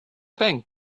thank